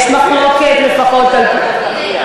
יש מחלוקת, לפחות על-פי,